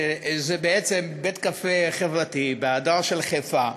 שזה בעצם בית-קפה חברתי בהדר של חיפה,